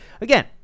again